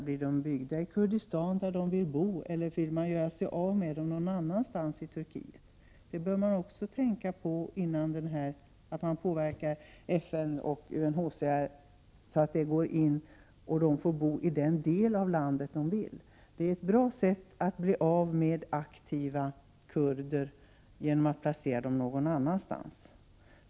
Blir de byggda i Kurdistan där kurderna vill bo, eller vill man göra av med flyktingarna någon annanstans i Turkiet. Man bör tänka på att man påverkar FN och UNHCR så att flyktingarna får bo i den del av landet de vill. Det är ett bra sätt att göra av med aktiva kurder att placera dem någon annanstans.